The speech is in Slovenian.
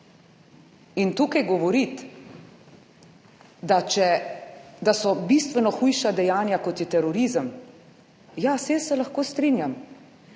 In tukaj govoriti, da so bistveno hujša dejanja kot je terorizem. Ja, saj jaz se lahko strinjam,